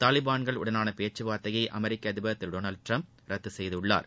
தாலிபன்கள் உடனான பேச்சுவார்த்தையை அமெரிக்க அதிபர் திரு ட்ரம்ப் ரத்து செய்துவிட்டார்